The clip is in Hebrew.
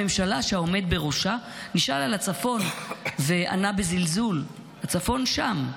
הממשלה שהעומד בראשה נשאל על הצפון וענה בזלזול: הצפון שם.